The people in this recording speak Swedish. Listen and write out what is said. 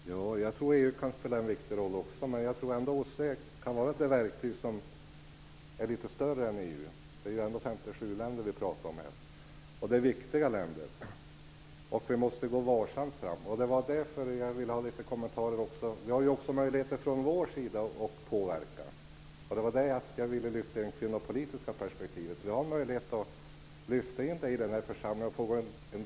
Fru talman! Också jag tror att EU kan spela en viktig roll. Men OSSE kan vara det verktyg som är lite större än EU. Det är ändå 57 länder vi talar om, och det är viktiga länder. Vi måste gå varsamt fram. Vi har också möjligheter från vår sida att påverka. Det var där jag ville lyfta in det kvinnopolitiska perspektivet. Vi har möjlighet att lyfta in det i debatten i den här församlingen.